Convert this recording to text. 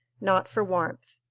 not for warmth.